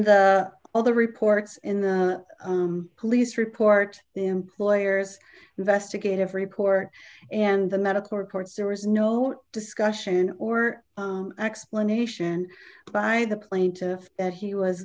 the all the reports in the police report the employer's investigative report and the medical records there was no discussion or explanation by the plaintiff that he was